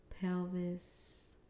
pelvis